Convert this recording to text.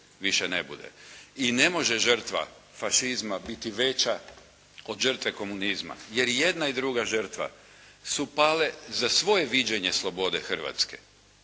I ne može žrtva fašizma biti veća od žrtve komunizma, jer i jedna i druga žrtva su pale za svoje viđenje slobode Hrvatske